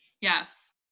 yes